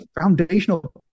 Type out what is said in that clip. foundational